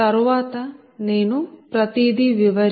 తరువాత నేను ప్రతి దీ వివరిస్తాను